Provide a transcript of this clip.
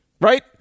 right